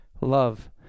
love